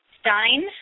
Stein